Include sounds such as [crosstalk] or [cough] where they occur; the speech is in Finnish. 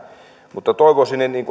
mutta toivoisin niin niin [unintelligible]